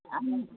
ആ